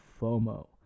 FOMO